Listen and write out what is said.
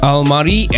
Almari